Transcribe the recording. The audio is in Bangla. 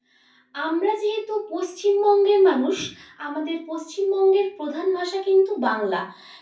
আমরা যেহেতু পশ্চিমবঙ্গের মানুষ আমাদের পশ্চিমবঙ্গের প্রধান ভাষা কিন্তু বাংলা